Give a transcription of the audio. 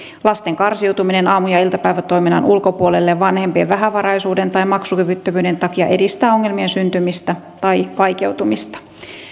lasten karsiutuminen aamu ja iltapäivätoiminnan ulkopuolelle vanhempien vähävaraisuuden tai maksukyvyttömyyden takia edistää ongelmien syntymistä tai vaikeutumista